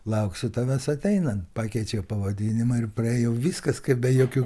lauksiu tavęs ateinant pakeičiau pavadinimą ir praėjau viskas kaip be jokių